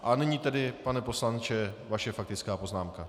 A nyní tedy, pane poslanče, vaše faktická poznámka.